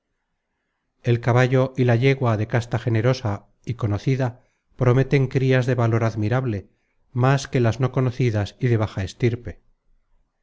el caballo y la yegua de casta generosa y conocida prometen crías de valor admirable más que las no conocidas y de baja estirpe